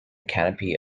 canopy